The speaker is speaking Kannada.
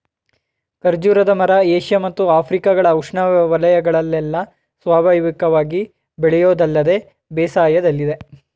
ಖರ್ಜೂರದ ಮರ ಏಷ್ಯ ಮತ್ತು ಆಫ್ರಿಕಗಳ ಉಷ್ಣವಯಗಳಲ್ಲೆಲ್ಲ ಸ್ವಾಭಾವಿಕವಾಗಿ ಬೆಳೆಯೋದಲ್ಲದೆ ಬೇಸಾಯದಲ್ಲಿದೆ